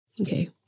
Okay